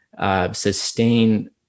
sustain